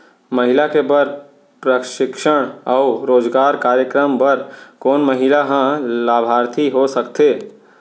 महिला के बर प्रशिक्षण अऊ रोजगार कार्यक्रम बर कोन महिला ह लाभार्थी हो सकथे?